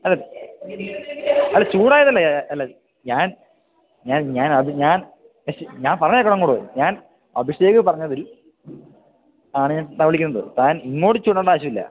അല്ല അല്ല ചൂടായതല്ല ഞാന് അല്ല ഞാൻ പറയുന്നത് കേള്ക്കങ്ങോട്ട് ഞാൻ അഭിഷേക് പറഞ്ഞതിൽ ആണ് ഞാൻ വിളിക്കുന്നത് താൻ ഇങ്ങോട്ട് ചൂടാകേണ്ട ആവശ്യമില്ല